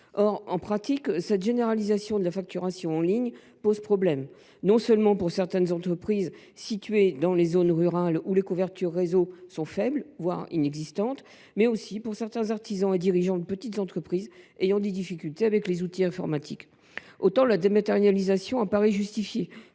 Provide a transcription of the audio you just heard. Or, en pratique, cette généralisation de la facturation en ligne pose problème, non seulement pour certaines entreprises situées dans des zones rurales où les couvertures réseau sont faibles ou inexistantes, mais aussi pour certains artisans et dirigeants de petites entreprises ayant des difficultés avec les outils informatiques. Autant la dématérialisation apparaît justifiée